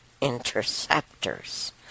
interceptors